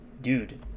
Dude